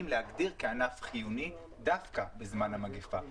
להגדיר כענף חיוני דווקא בזמן המגפה.